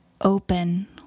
open